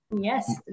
Yes